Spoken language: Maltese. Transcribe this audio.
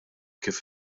kif